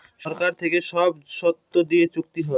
সরকার থেকে সব শর্ত দিয়ে চুক্তি হয়